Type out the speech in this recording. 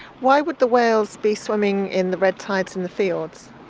why would the whales be swimming in the red tides in the fjords?